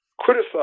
criticize